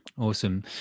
Awesome